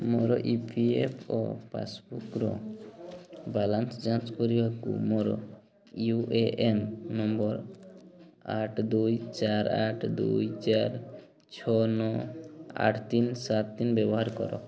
ମୋର E P F O ପାସ୍ବୁକ୍ର balance ଯାଞ୍ଚ କରିବାକୁ ମୋର ୟୁ ଏ ଏନ୍ ନମ୍ବର୍ ଆଠ ଦୁଇ ଚାରି ଆଠ ଦୁଇ ଚାରି ଛଅ ନଅ ଆଠ ତିନି ସାତ ତିନି ବ୍ୟବହାର କର